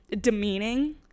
demeaning